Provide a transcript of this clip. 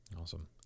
Awesome